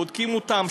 בודקים אותם,